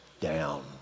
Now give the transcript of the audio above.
down